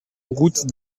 route